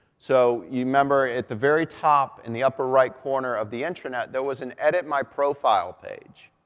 so, you remember at the very top, in the upper right corner of the intranet, there was an edit my profile page.